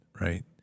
right